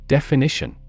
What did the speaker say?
Definition